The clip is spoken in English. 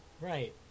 Right